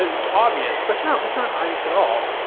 it's obvious. like no, that's not obvious at all.